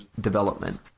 development